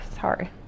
Sorry